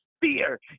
fear